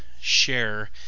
share